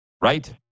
Right